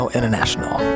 International